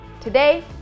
Today